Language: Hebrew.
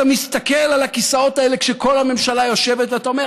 אתה מסתכל על הכיסאות האלה כשכל הממשלה יושבת ואתה אומר: